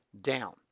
down